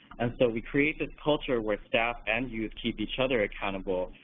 and so we create this culture where staff and youth keep each other accountable.